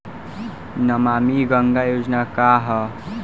नमामि गंगा योजना का ह?